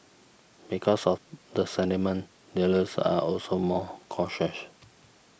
because of the sentiment dealers are also more cautious